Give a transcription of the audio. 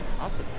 Awesome